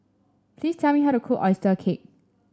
please tell me how to cook oyster cake